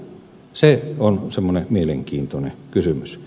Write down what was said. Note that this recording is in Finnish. se on semmoinen mielenkiintoinen kysymys